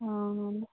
అవునండి